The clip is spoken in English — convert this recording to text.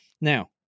Now